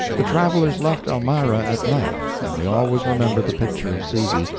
the travelers left elmira at night, and they always remembered the picture of susy,